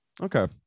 Okay